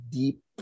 deep